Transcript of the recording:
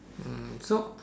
hmm so